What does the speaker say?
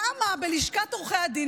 למה בלשכת עורכי הדין,